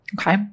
Okay